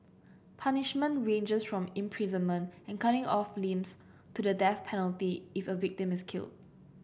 punishment ranges from imprisonment and cutting off limbs to the death penalty if a victim is killed